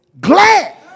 glad